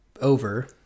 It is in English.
over